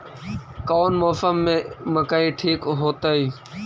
कौन मौसम में मकई ठिक होतइ?